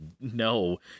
no